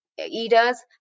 eaters